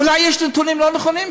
אולי יש שם נתונים לא נכונים.